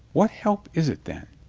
what help is it then?